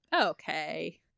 Okay